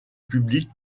public